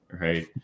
Right